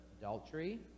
adultery